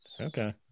Okay